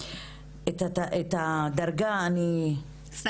את הדרגה אני לא יודעת, מה שמך?